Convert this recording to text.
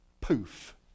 Poof